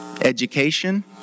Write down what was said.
education